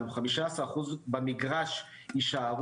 והמשרד מממן מנהלי אנרגיה לאשכולות